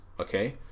okay